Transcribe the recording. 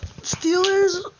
Steelers